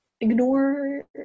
ignore